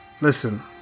listen